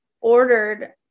ordered